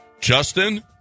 Justin